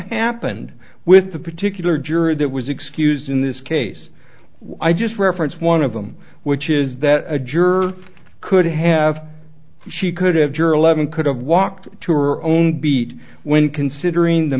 happened with the particular juror that was excused in this case i just referenced one of them which is that a juror could have she could have jury leavened could have walked to or own beat when considering the